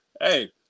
hey